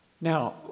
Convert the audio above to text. Now